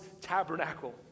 tabernacle